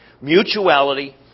mutuality